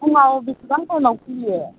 फुङाव बिसिबां टाइमआव खुलियो